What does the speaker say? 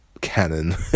canon